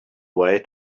way